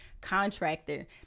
contractor